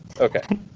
Okay